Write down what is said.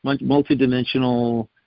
multi-dimensional